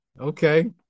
okay